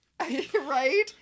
Right